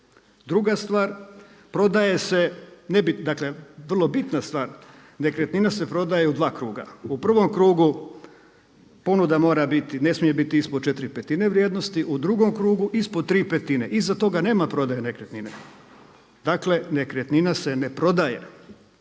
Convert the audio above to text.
se, dakle vrlo bitna stvar, nekretnina se prodaje u dva kruga. U prvom krugu ponuda mora biti, ne smije biti ispod četiri petine vrijednosti, u drugom krugu ispod tri petine, iza toga nema prodaje nekretnine. Dakle, nekretnina se ne prodaje,